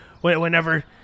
whenever